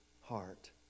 heart